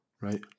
Right